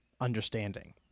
understanding